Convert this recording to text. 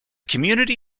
community